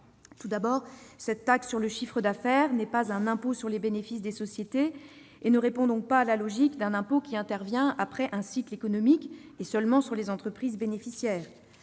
Tout d'abord, cette taxe sur le chiffre d'affaires n'est pas un impôt sur les bénéfices des sociétés et ne répond donc pas à la logique d'un impôt intervenant après un cycle économique, applicable aux seules entreprises bénéficiaires.